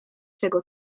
czego